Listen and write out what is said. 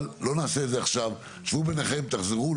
לא נעשה את זה עכשיו, תשבו ביניכם ותחזרו אלינו.